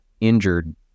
injured